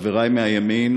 חברי מהימין,